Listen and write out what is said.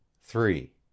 Three